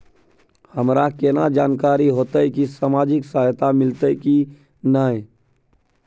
हमरा केना जानकारी होते की सामाजिक सहायता मिलते की नय?